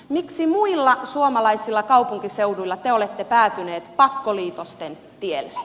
miksi muilla suomalaisilla kaupunkiseuduilla te olette päätynyt pakkoliitosten tielle